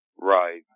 Right